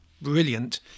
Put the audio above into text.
brilliant